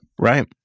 Right